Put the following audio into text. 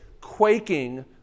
quaking